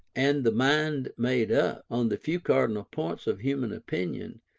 and the mind made up, on the few cardinal points of human opinion,